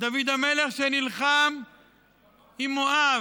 דוד המלך, שנלחם עם מואב,